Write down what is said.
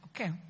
okay